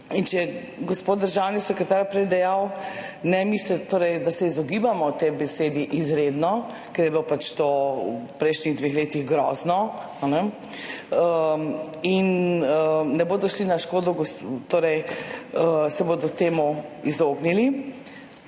odločamo. Gospod državni sekretar je prej dejal, ne misliti, da se izogibamo tej besedi »izredno«, ker je bilo pač to v prejšnjih dveh letih grozno, in ne bodo šli na škodo, torej se bodo temu izognili.